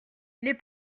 les